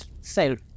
self